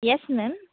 yes ma'am